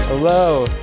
Hello